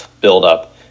build-up